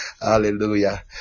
hallelujah